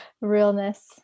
realness